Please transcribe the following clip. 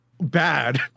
bad